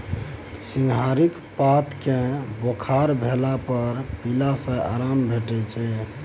सिंहारिक पात केँ बोखार भेला पर पीला सँ आराम भेटै छै